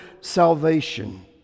salvation